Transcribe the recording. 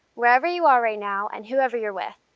wherever you are right now and whoever you're with,